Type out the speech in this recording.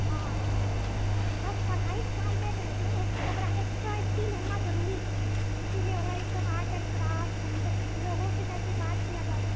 हँ हँ हँ बस पढ़ाई से काम नहि चलै छै ओकरा एक्स्ट्रा स्किल होना जरुरी छै इसीलिए ओकरा ई सब आर्ट एन्ड क्राफ्ट लोगो से कैसे बात किया जाता है